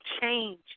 change